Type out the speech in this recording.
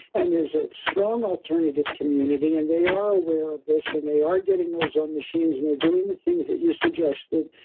and there's a strong alternative community and they are aware of this, and they are getting ozone machines and they're doing the things that you suggested.